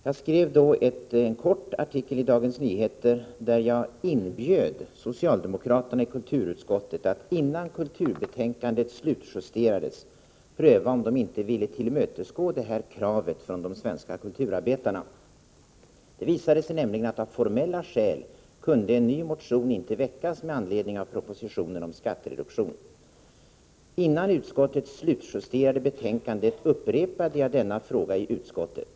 Jag skrev sedan en kort artikel i Dagens Nyheter, där jag inbjöd socialdemokraterna i kulturutskottet att, innan kulturutskottets betänkande slutjusterades, pröva om det inte gick att tillmötesgå det här kravet från de svenska kulturarbetarna. Det visade sig nämligen att en ny motion med anledning av propositionen om skattereduktion av formella skäl inte kunde väckas. Innan utskottet slutjusterade betänkandet upprepade jag min fråga i utskottet.